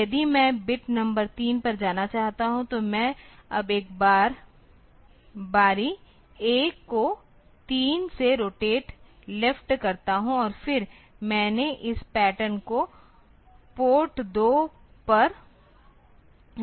तो यदि मैं बिट नंबर 3 पर जाना चाहता हूं तो मैं अब एक बारी A को 3 से रोटेट लेफ्ट करता हूं और फिर मैंने इस पैटर्न को पोर्ट 2 पर रख देता हू